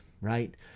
right